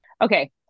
Okay